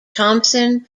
thompson